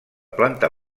planta